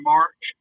March